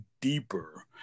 deeper